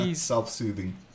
self-soothing